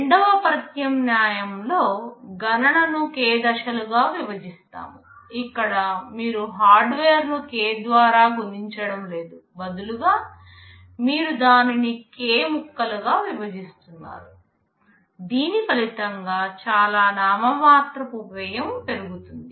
రెండవ ప్రత్యామ్నాయం లో గణన ను k దశలుగా విభజిస్తాం ఇక్కడ మీరు హార్డ్వేర్ను k ద్వారా గుణించడం లేదు బదులుగా మీరు దానిని k ముక్కలుగా విభజిస్తున్నారు దీని ఫలితంగా చాలా నామమాత్రపు వ్యయం పెరుగుతుంది